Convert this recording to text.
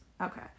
Okay